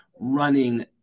running